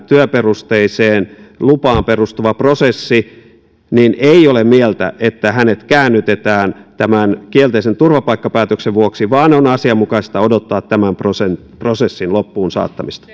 työperusteiseen lupaan perustuva prosessi ei ole mieltä että hänet käännytetään tämän kielteisen turvapaikkapäätöksen vuoksi vaan on asianmukaista odottaa tämän prosessin loppuunsaattamista